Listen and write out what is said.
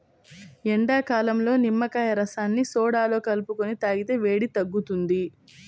ఎండాకాలంలో నిమ్మకాయ రసాన్ని సోడాలో కలుపుకొని తాగితే వేడి తగ్గుతుంది